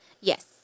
Yes